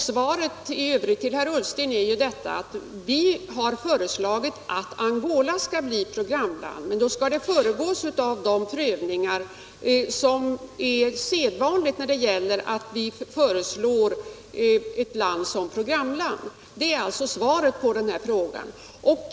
Svaret till herr Ullsten är: Vi har föreslagit att Angola skall bli programland.